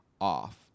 off